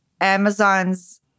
Amazon's